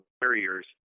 barriers